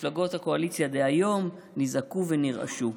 מפלגות הקואליציה דהיום נזעקו ונרעשו.